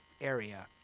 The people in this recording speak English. area